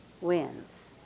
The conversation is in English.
wins